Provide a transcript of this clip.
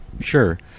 sure